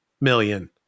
million